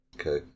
Okay